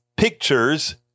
Pictures